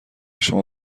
شما